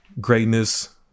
greatness